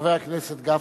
חבר הכנסת גפני?